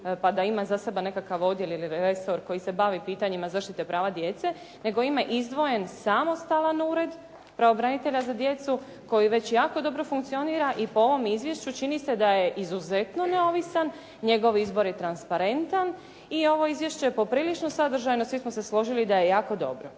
pa da ima iza sebe nekakav odjel ili resor koji se bavi pitanjima zaštite prava djece, nego ima izdvojen samostalan ured pravobranitelja za djecu koji već jako dobro funkcionira i po ovom izvješću čini se da je izuzetno neovisan, njegov izbor je transparentan i ovo izvješće je poprilično sadržajno, svi smo se složili da je jako dobro.